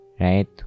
right